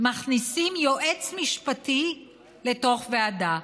מכניסים יועץ משפטי לתוך ועדה.